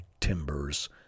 timbers